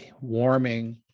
warming